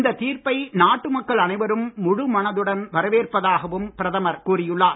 இந்த தீர்ப்பை நாட்டு மக்கள் அனைவரும் முழு மனதுடன் வரவேற்பதாகவும் பிரதமர் கூறியுள்ளார்